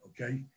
okay